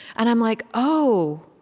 and i'm like, oh,